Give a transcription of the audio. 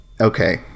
okay